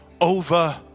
over